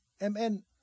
M-N